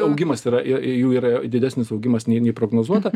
augimas yra jų yra didesnis augimas nei nei prognozuota